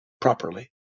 properly